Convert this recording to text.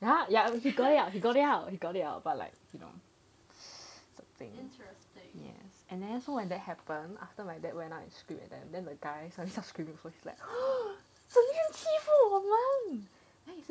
ya ya he got it out he got it out he got it out but like you know something yes and then so when that happened after my dad went up and screamed at them then the guy suddenly start screaming also 整天欺负我们 then he say what